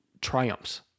triumphs